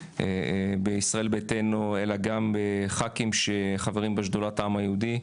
בישראל ביתנו אלא גם אצל ח"כים שחברים בשדולת העם היהודי.